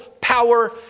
power